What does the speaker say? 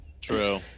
true